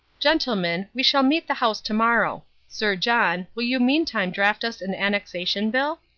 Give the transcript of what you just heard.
gentlemen, we shall meet the house to-morrow. sir john, will you meantime draft us an annexation bill?